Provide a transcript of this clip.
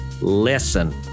listen